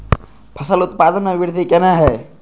फसल उत्पादन में वृद्धि केना हैं?